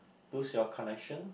lose your connection